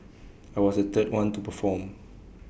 I was the third one to perform